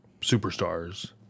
superstars